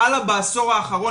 חלה בעשור האחרון,